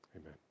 Amen